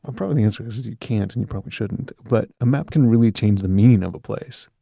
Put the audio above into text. ah probably the answer is is you can't and you probably shouldn't, but a map can really change the meaning of a place.